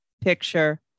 picture